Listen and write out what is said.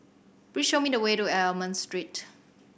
please show me the way to Almond Street